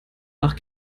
nach